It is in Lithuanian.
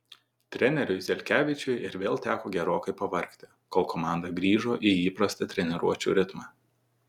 treneriui zelkevičiui ir vėl teko gerokai pavargti kol komanda grįžo į įprastą treniruočių ritmą